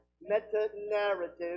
meta-narrative